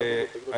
נדחתה.